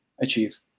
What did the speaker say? achieve